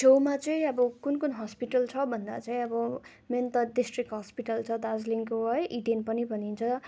छेउमा चाहिँ अब कुन कुन हस्पिटल छ भन्दा चाहिँ अब मेन त डिस्ट्रिक्ट हस्पिटल छ दार्जिलिङको है इडेन पनि भनिन्छ